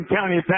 County